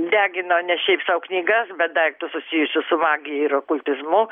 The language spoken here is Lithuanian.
degino ne šiaip sau knygas bet daiktus susijusius su magija ir okultizmu